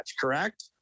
correct